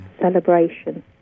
celebration